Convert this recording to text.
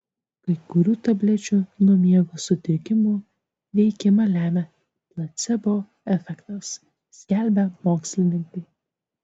kai kurių tablečių nuo miego sutrikimų veikimą lemią placebo efektas skelbia mokslininkai